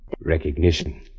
Recognition